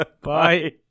Bye